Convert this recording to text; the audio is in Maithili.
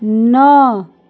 नओ